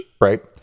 right